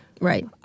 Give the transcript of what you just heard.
Right